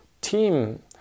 team